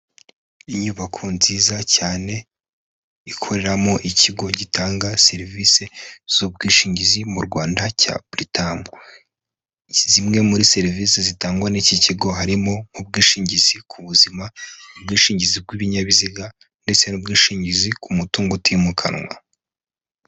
Inyubako nziza cyane ikoreramo ikigo gitanga serivisi z'ubwishingizi mu Rwanda cya Buritamu, zimwe muri serivisi zitangwa n'iki kigo, harimo nk'ubwishingizi ku buzima, ubwishingizi bw'ibinyabiziga ndetse n'ubwishingizi ku mutungo utimukanwa.